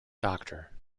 doctor